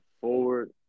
Forward